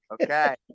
Okay